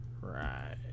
right